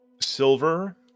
silver